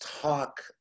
talk